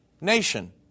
nation